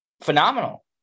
phenomenal